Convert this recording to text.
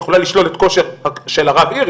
היא יכולה לשלול את הכושר של רב העיר,